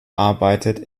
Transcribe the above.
arbeitet